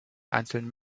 einzelnen